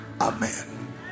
Amen